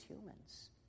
humans